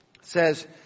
says